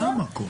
זה משמח אותי.